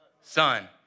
son